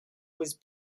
was